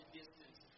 distance